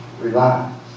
relax